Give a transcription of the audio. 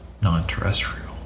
non-terrestrial